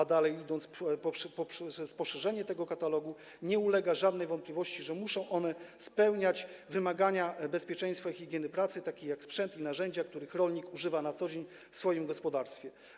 W wyniku poszerzenia tego katalogu - co nie ulega żadnej wątpliwości - muszą one spełniać wymagania bezpieczeństwa i higieny pracy, takie jak w przypadku sprzętu i narzędzi, których rolnik używa na co dzień w swoim gospodarstwie.